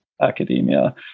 academia